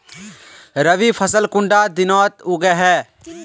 रवि फसल कुंडा दिनोत उगैहे?